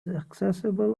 accessible